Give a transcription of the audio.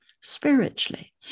Spiritually